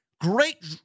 great